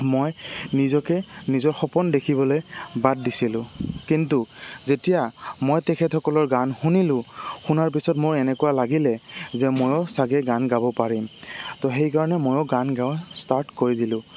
মই নিজকে নিজৰ সপোন দেখিবলৈ বাদ দিছিলোঁ কিন্তু যেতিয়া মই তেখেতসকলৰ গান শুনিলোঁ শুনাৰ পিছত মোৰ এনেকুৱা লাগিলে যে ময়ো চাগে গান গাব পাৰিম ত' সেইকাৰণে ময়ো গান গোৱা ষ্টাৰ্ট কৰি দিলোঁ